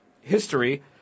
history